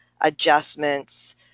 adjustments